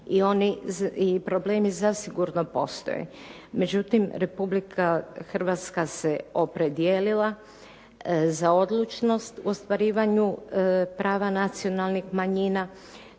i problemi zasigurno postoje. Međutim, Republika Hrvatska se opredijelila za odlučnost u ostvarivanju prava nacionalnih manjina,